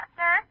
sir